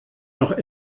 noch